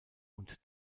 und